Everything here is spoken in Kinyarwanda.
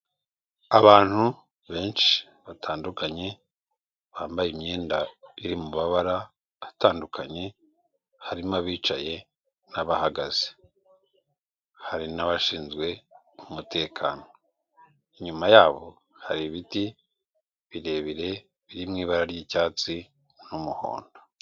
Abantu benshi batandukanye bambaye imyenda iri mu mabara atandukanye, harimo abicaye n'abahagaze. Hari n'abashinzwe umutekano. Inyuma yabo hari ibiti birebire biri mu ibara ry'icyatsi n'umuhondo.